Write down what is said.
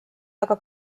aga